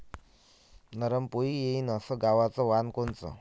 नरम पोळी येईन अस गवाचं वान कोनचं?